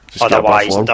Otherwise